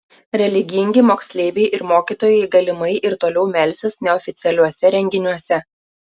religingi moksleiviai ir mokytojai galimai ir toliau melsis neoficialiuose renginiuose